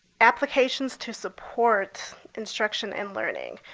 applications to support instruction and learning.